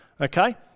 Okay